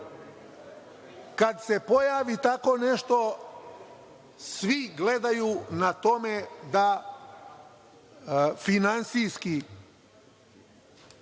Kad se pojavi tako nešto, svi gledaju na tome da finansijski